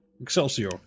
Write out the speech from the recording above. Excelsior